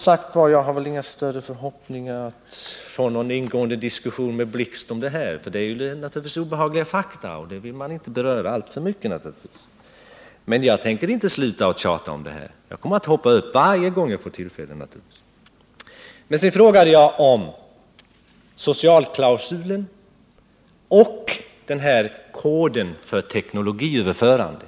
Jag har, som sagt, ingen större förhoppning om att få någon ingående diskussion med Hans Blix om detta. Det är naturligtvis obehagliga fakta, och sådana vill man givetvis inte beröra alltför mycket. Men jag tänker inte sluta att tjata om detta. Jag kommer att hoppa upp varje gång jag får tillfälle. Sedan frågade jag om socialklausulen och om koden för teknologiöverförande.